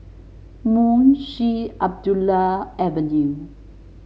Munshi Abdullah Avenue